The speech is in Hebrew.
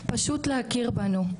פשוט להכיר בנו.